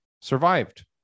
survived